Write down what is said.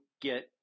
get